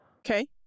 Okay